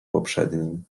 poprzednim